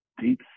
deep